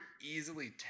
easily